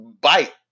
bite